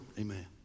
Amen